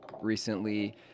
recently